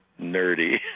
nerdy